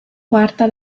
quarta